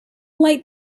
light